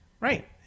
Right